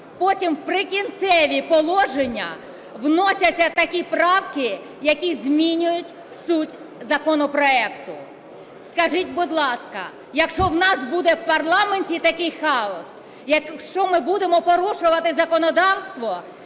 потім у "Прикінцеві положення" вносяться такі правки, які змінюють суть законопроекту. Скажіть, будь ласка, якщо у нас буде в парламенті такий хаос, якщо ми будемо порушувати законодавство,